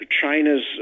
China's